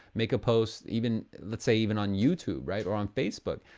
make a post, even, let's say even on youtube, right? or on facebook.